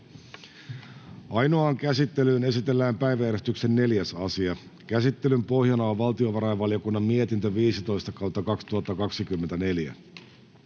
Ainoaan käsittelyyn esitellään päiväjärjestyksen 4. asia. Käsittelyn pohjana on valtiovarainvaliokunnan mietintö VaVM 15/2024